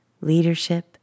leadership